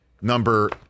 number